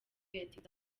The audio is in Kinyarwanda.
yatsinze